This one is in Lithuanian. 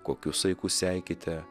kokiu saiku seikite